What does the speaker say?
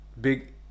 big